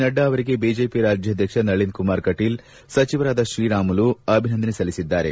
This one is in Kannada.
ನಡ್ಡಾ ಅವರಿಗೆ ಬಿಜೆಪಿ ರಾಜ್ಕಾಧ್ವಕ್ಷ ನಳಿನ್ ಕುಮಾರ್ ಕಟೀಲ್ ಸಚಿವರಾದ ಶ್ರೀರಾಮುಲು ಅಭಿನಂದನೆ ಸಲ್ಲಿಸಿದ್ದಾರೆ